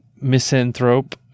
misanthrope